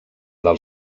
del